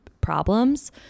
problems